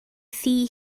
thŷ